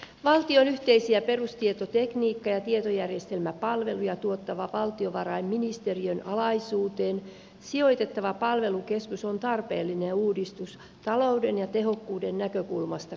valtion yhteisiä perustietotekniikka ja tietojärjestelmäpalveluja tuottava valtiovarainministeriön alaisuuteen sijoitettava palvelukeskus on tarpeellinen uudistus talouden ja tehokkuuden näkökulmasta katsottuna